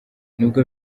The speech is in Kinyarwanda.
n’ubwo